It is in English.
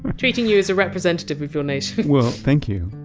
treating you as a representative of your nation thank you.